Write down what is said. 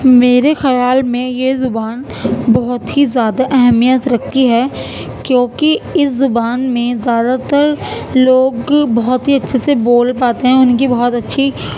میرے خیال میں یہ زبان بہت ہی زیادہ اہمیت رکھتی ہے کیونکہ اس زبان میں زیادہ تر لوگ بہت ہی اچھے سے بول پاتے ہیں ان کی بہت اچھی